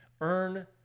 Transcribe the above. earn